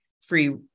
free